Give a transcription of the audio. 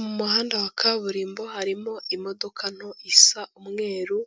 Mu muhanda wa kaburimbo harimo imodoka nto isa umweru,